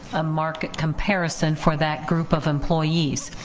a market comparison for that group of employees.